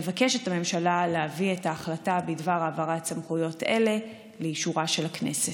מבקשת הממשלה להביא את ההחלטה בדבר העברת סמכויות אלה לאישורה של הכנסת.